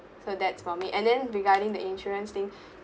so that's for me and then regarding the insurance thing